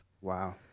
Wow